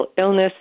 illness